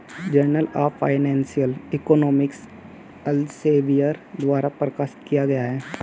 journal of financial economics Elsevier द्वारा प्रकाशित किया गया हैं